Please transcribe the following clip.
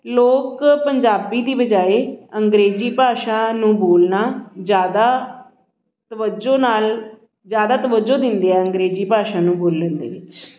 ਲੋਕ ਪੰਜਾਬੀ ਦੀ ਬਜਾਏ ਅੰਗਰੇਜ਼ੀ ਭਾਸ਼ਾ ਨੂੰ ਬੋਲਣਾ ਜ਼ਿਆਦਾ ਤਵੱਜੋ ਨਾਲ ਜ਼ਿਆਦਾ ਤਵੱਜੋ ਦਿੰਦੇ ਆ ਅੰਗਰੇਜ਼ੀ ਭਾਸ਼ਾ ਨੂੰ ਬੋਲਣ ਦੇ ਵਿੱਚ